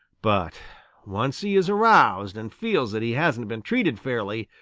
but once he is aroused and feels that he hasn't been treated fairly,